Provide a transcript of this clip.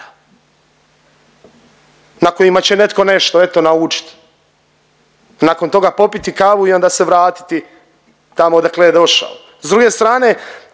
na kojima će netko nešto, eto, naučit. Nakon toga popiti kavu i onda se vratiti tamo odakle je došao.